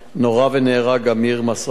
נורה ונהרג אמיר מסארווה.